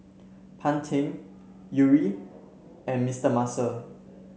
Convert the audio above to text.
Pantene Yuri and Mister Muscle